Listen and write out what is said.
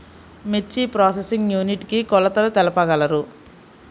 మిర్చి processing unit కి కొలతలు తెలుపగలరు?